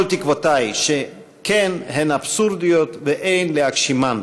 שכן, הן אבסורדיות ואין להגשימן",